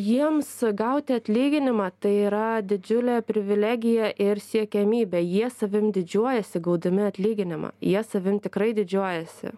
jiems gauti atlyginimą tai yra didžiulė privilegija ir siekiamybė jie savim didžiuojasi gaudami atlyginimą jie savim tikrai didžiuojasi